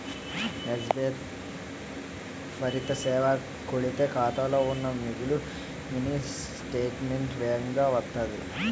SBI త్వరిత సేవ కొడితే ఖాతాలో ఉన్న మిగులు మినీ స్టేట్మెంటు వేగంగా వత్తాది